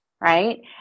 right